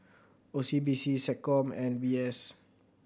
O C B C SecCom and V S